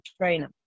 trainer